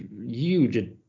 huge